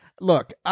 Look